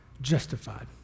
justified